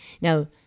Now